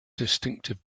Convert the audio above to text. distinctive